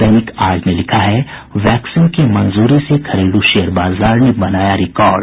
दैनिक आज ने लिखा है वैक्सीन की मंजूरी से घरेलू शेयर बाजार ने बनाया रिकार्ड